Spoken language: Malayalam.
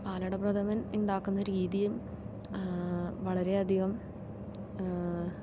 പാലട പ്രഥമൻ ഉണ്ടാക്കുന്ന രീതിയും വളരെയധികം